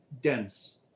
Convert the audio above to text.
dense